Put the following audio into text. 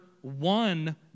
one